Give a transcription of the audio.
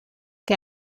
que